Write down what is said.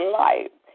life